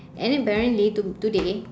and then apparently to~ today